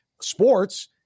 sports